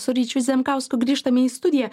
su ryčiu zemkausku grįžtame į studiją